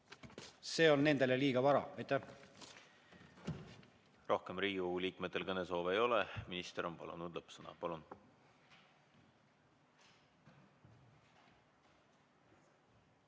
see on nendele liiga vara.